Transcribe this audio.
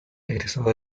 egresado